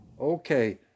Okay